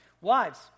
Wives